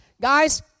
Guys